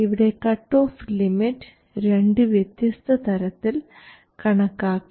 ഇവിടെ cut off limit 2 വ്യത്യസ്ത തരത്തിൽ കണക്കാക്കി